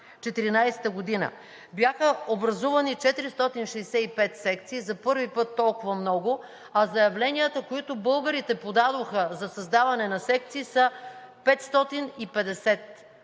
2014 г. Бяха образувани 465 секции – за първи път толкова много, а заявленията, които българите подадоха за създаване на секции, са 550.